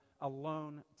alone